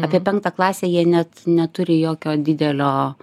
apie penktą klasę jie net neturi jokio didelio